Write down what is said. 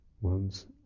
one's